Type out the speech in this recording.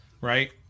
Right